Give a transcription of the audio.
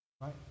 right